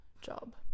job